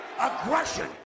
aggression